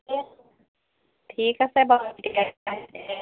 ঠিক আছে বাৰু